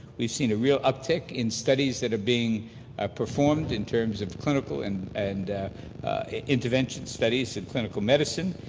we've seen a real uptick in studies that are being ah performed in terms of clinical and and intervention studies in clinical medicine,